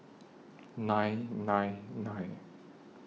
nine nine nine